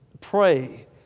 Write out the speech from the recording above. pray